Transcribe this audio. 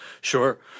Sure